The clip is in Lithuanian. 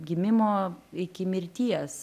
gimimo iki mirties